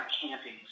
camping